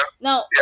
now